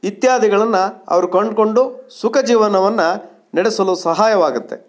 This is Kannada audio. ಇತ್ಯಾದಿಗಳನ್ನು ಅವ್ರು ಕಂಡುಕೊಂಡು ಸುಖ ಜೀವನವನ್ನು ನಡೆಸಲು ಸಹಾಯವಾಗುತ್ತೆ